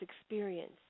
experience